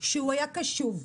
שהוא היה קשוב,